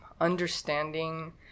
understanding